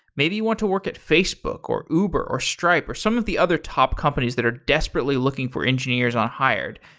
maybe you want to work at facebook, or uber, or stripe, or some of the other top companies that are desperately looking for engineers on hired.